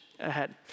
ahead